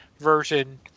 version